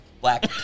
Black